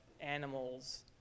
animals